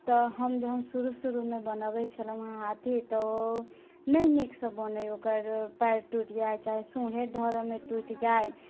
तऽ हम जहन शुरू शुरूमे बनबै छलौहैं हाथी तऽ ओ नहि नीकसँ बनै ओकर पयर टूटि जाइ चाहे सूढ़े धरैमे टूटि जाइ